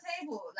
table